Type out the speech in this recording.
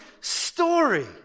story